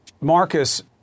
Marcus